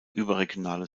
überregionale